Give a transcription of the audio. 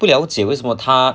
不了解为什么他